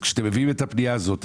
כשאתם מביאים את הפנייה הזאת,